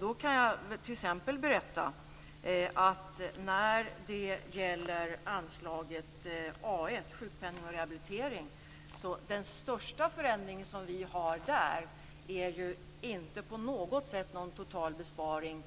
Då kan jag t.ex. berätta att den största förändring som vi föreslår när det gäller anslaget A 1 till sjukpenning och rehabilitering inte på något sätt utgör en besparing